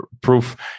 proof